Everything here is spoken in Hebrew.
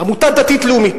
עמותה דתית-לאומית,